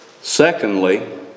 Secondly